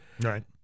right